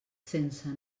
sense